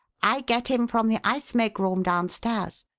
i get him from the ice-make room downstairs.